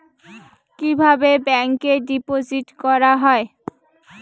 কিভাবে ব্যাংকে ডিপোজিট করা হয়?